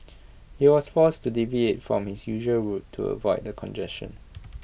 he was forced to deviate from his usual route to avoid the congestion